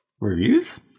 Reviews